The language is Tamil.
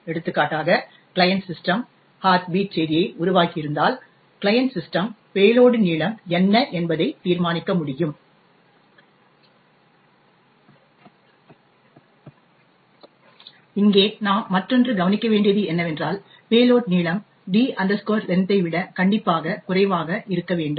எடுத்துக்காட்டாக கிளையன்ட் சிஸ்டம் ஹார்ட் பீட் செய்தியை உருவாக்கியிருந்தால் கிளையன்ட் சிஸ்டம் பேலோடின் நீளம் என்ன என்பதை தீர்மானிக்க முடியும் இங்கே நாம் மற்றொன்று கவனிக்க வேண்டியது என்னவென்றால் பேலோட் நீளம் d length ஐ விட கண்டிப்பாக குறைவாக இருக்க வேண்டும்